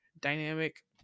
dynamic